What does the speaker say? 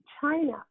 China